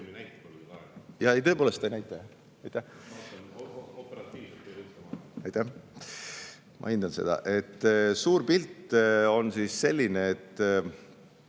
Suur pilt on selline, et